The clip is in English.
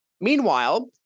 Meanwhile